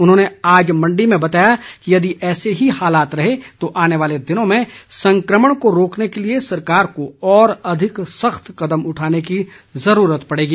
उन्होंने आज मण्डी में बताया कि यदि ऐसे ही हालात रहे तो आने वाले दिनों में संक्रमण को रोकने के लिए सरकार को और अधिक सख्त कदम उठाने की ज़रूरत पड़ेगी